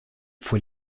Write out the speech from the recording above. fue